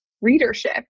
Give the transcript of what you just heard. readership